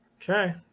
Okay